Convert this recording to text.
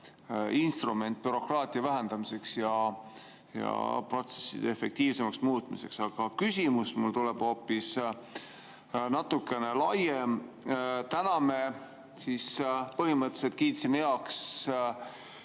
instrument bürokraatia vähendamiseks ja protsesside efektiivsemaks muutmiseks. Aga küsimus tuleb mul hoopis natukene laiem. Täna me põhimõtteliselt kiitsime heaks